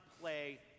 play